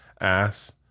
Ass